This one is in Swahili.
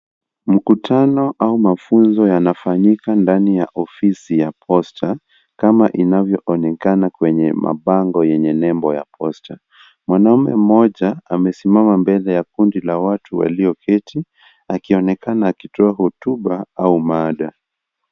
Mkutano au mafunzo yanafanyika nda ya ofisi ya posta, kama inavyoonekana kwenye mabango yenye nebo ya posta. Mwanaume mmoja amesimama mbele ya kundi la watu walioketi akionekana akitoa hotuba au mada.